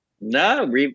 No